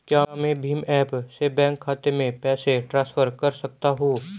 क्या मैं भीम ऐप से बैंक खाते में पैसे ट्रांसफर कर सकता हूँ?